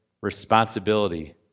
responsibility